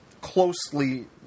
Closely